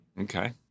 Okay